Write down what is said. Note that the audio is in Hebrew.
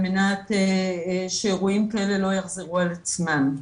על מנת שאירועים כאלה לא יחזרו על עצמם.